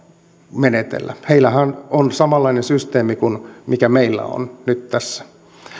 menetellä heillähän on samanlainen systeemi kuin mikä meillä on nyt tässä